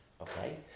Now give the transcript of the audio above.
okay